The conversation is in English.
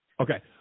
Okay